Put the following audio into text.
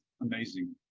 amazing